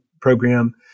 program